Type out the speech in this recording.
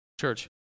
Church